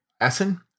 Essen